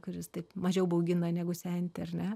kuris taip mažiau baugina negu senti ar ne